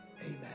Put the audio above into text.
amen